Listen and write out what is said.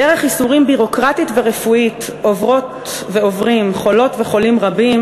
דרך ייסורים ביורוקרטית ורפואית עוברות ועוברים חולות וחולים רבים,